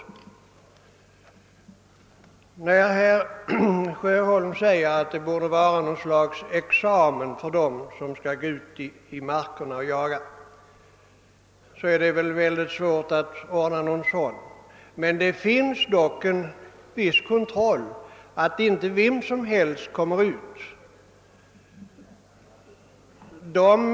Herr Sjöholm säger att det borde finnas något slags examen för dem som skall gå ut i markerna och jaga. Det är säkerligen svårt att ordna med detta. Det sker dock en viss kontroll av att inte vem som helst kommer ut i markerna.